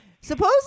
Supposedly